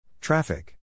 Traffic